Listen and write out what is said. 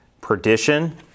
Perdition